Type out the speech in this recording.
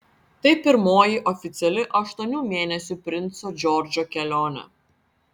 tai pirmoji oficiali aštuonių mėnesių princo džordžo kelionė